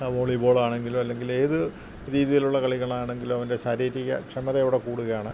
volley ബോളാണങ്കിലും അല്ലങ്കിലും ഏത് രീതിയിലുള്ള കളികളാണങ്കിലും അവൻ്റെ ശാരീരിക ക്ഷമത അവിടെ കൂടുകയാണ്